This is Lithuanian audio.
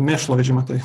mėšlo vežimą tai